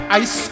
ice